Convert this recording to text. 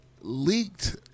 leaked